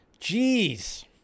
Jeez